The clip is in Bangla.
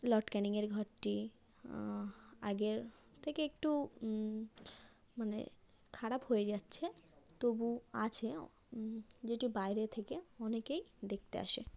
লর্ড ক্যানিংয়ের ঘরটি আগের থেকে একটু মানে খারাপ হয়ে যাচ্ছে তবু আছে যেটি বাইরে থেকে অনেকেই দেখতে আসে